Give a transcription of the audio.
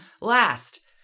Last